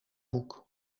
boek